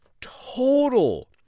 total